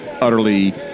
utterly